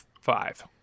five